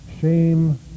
Shame